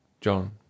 john